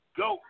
go